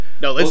No